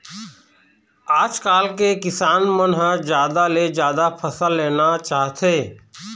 आजकाल के किसान मन ह जादा ले जादा फसल लेना चाहथे